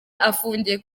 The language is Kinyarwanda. afungiye